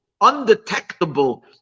undetectable